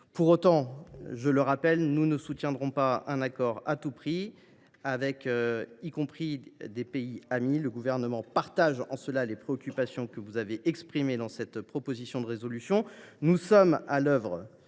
Pour autant, nous ne soutiendrons pas un accord à tout prix, même avec des pays amis. Le Gouvernement partage en cela les préoccupations que vous avez exprimées dans cette proposition de résolution. Nous sommes à l’œuvre